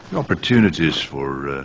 opportunities for